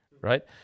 right